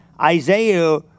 Isaiah